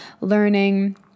learning